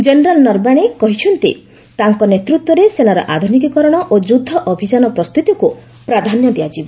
general Naravane କହିଛନ୍ତି ତାଙ୍କ ନେତୃତ୍ୱରେ ସେନାର ଆଧୁନିକୀକରଣ ଓ ଯୁଦ୍ଧ ଅଭିଯାନ ପ୍ରସ୍ତୁତିକୁ ପ୍ରାଧାନ୍ୟ ଦିଆଯିବ